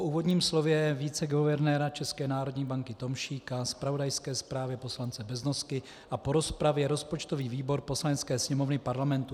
Po úvodním slově viceguvernéra České národní banky Tomšíka, zpravodajské zprávě poslance Beznosky a po rozpravě rozpočtový výbor Poslanecké sněmovny Parlamentu